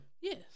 Yes